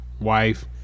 wife